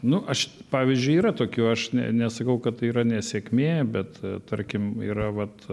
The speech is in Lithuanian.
nu aš pavyzdžiui yra tokių aš ne nesakau kad tai yra nesėkmė bet tarkim yra vat